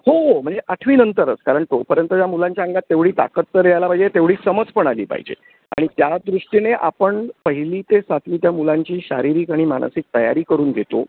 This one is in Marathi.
हो हो म्हणजे आठवीनंतरच कारण तोपर्यंत त्या मुलांच्या अंगात तेवढी ताकद तर यायला पाहिजे तेवढी समज पण आली पाहिजे आणि त्या दृष्टीने आपण पहिली ते सातवी त्या मुलांची शारीरिक आणि मानसिक तयारी करून घेतो